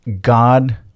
God